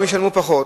ישלמו פחות.